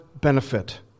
benefit